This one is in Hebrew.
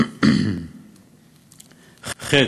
ח.